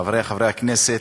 חברי חברי הכנסת,